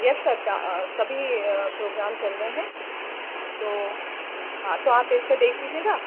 yes sir का सभी programme चल रहे हैं तो हाँ तो आप इसको देख लीजिएगा